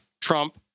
Trump